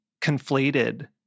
conflated